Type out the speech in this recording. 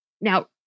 Now